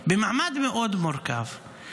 במעמד מורכב מאוד,